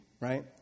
right